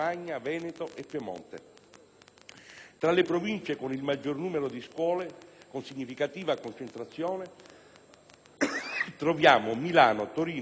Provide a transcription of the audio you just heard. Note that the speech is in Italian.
Tra le Province con il maggior numero di scuole con significativa concentrazione troviamo Milano, Torino, Bolzano, Roma e Brescia,